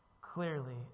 clearly